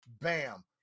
bam